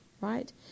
right